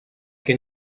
que